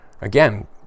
Again